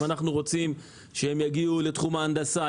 אם אנחנו רוצים שהם יגיעו לתחום ההנדסה,